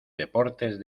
deportes